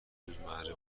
روزمره